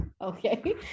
Okay